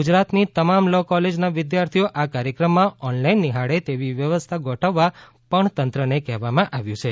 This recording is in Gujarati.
ગુજરાતની તમામ લો કોલેજના વિદ્યાર્થીઓ આ કાર્યક્રમ ઓનલાઈન નિહાળે તેવી વ્યવસ્થા ગોઠવવા પણ તંત્રને કહેવાયું છે